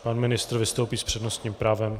Pan ministr vystoupí s přednostním právem.